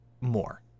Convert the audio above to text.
more